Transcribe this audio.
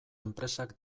enpresak